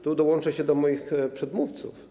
Tu dołączę do moich przedmówców.